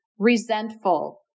resentful